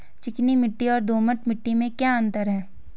चिकनी मिट्टी और दोमट मिट्टी में क्या क्या अंतर है?